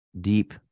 deep